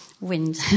wind